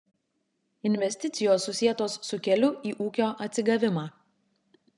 investicijos susietos su keliu į ūkio atsigavimą